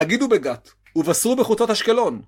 תגידו בגת, ובשרו בחוצות אשקלון.